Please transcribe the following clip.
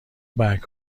برگ